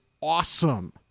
awesome